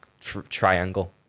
triangle